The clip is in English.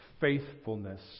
faithfulness